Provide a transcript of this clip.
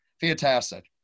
fantastic